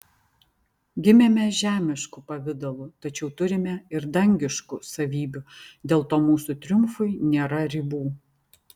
gimėme žemišku pavidalu tačiau turime ir dangiškų savybių dėl to mūsų triumfui nėra ribų